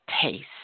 taste